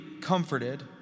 comforted